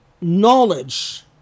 knowledge